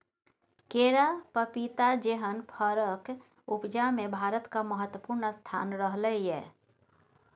केरा, पपीता जेहन फरक उपजा मे भारतक महत्वपूर्ण स्थान रहलै यै